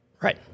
Right